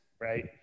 right